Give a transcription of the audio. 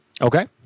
Okay